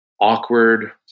awkward